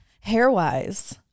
Hair-wise